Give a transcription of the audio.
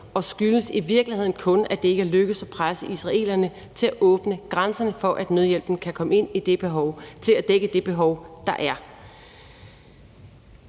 og skyldes i virkeligheden kun, at det ikke er lykkedes at presse israelerne til at åbne grænsen, for at nødhjælpen kan komme ind til at dække det behov, der er.